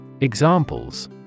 Examples